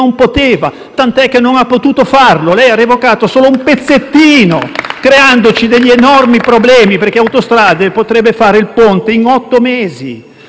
poteva, tant'è che non ha potuto farlo, lei ha revocato la concessione solo per un pezzettino, creandoci degli enormi problemi, perché Autostrade potrebbe fare il ponte in otto mesi.